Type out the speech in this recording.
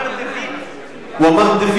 הוא לא אמר בניטו, הוא אמר דה-ויטו.